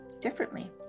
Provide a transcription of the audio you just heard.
differently